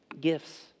gifts